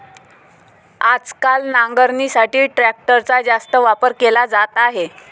आजकाल नांगरणीसाठी ट्रॅक्टरचा जास्त वापर केला जात आहे